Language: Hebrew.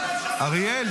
אבל היושב-ראש,